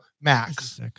Max